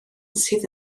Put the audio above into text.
sydd